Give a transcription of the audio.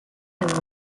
and